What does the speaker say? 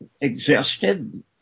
existed